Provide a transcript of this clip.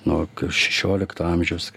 nuo šešiolikto amžiaus kai